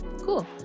cool